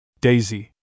Daisy